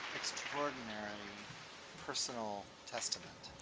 extraordinary personal testament.